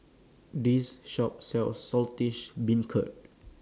This Shop sells Saltish Beancurd